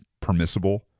permissible